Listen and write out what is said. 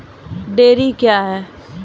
Dairy क्या हैं?